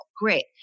Great